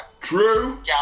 true